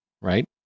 right